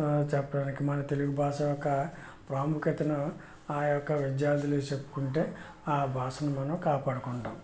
ఆ చెప్పడానికి మన తెలుగు భాష ఒక ప్రాముఖ్యతను ఆ యొక్క విద్యార్థులకు చెప్పుకుంటే ఆ భాషను మనం కాపాడుకుంటాం